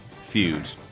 Feud